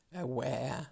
aware